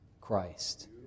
Christ